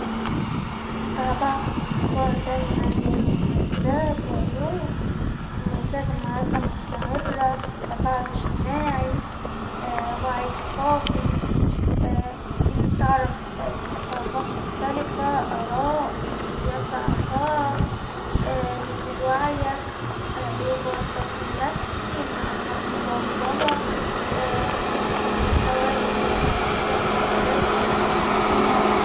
متابعة الأخبار دايما لها مميزات وعيوب، مميزات المعرفة المستمرة تفاعل اجتماعي، وعي ثقافي تعرف الثقافات مختلفة ، آراء ،يوسع آفاق، بيزيد وعيك ،عيوب الضغط النصفي، معلومات مضللة التوازن لازم توازن بينهم.